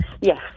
Yes